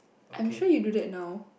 I'm sure you do that now